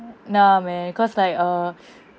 nah man cause like err